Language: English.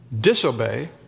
Disobey